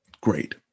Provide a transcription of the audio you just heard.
Great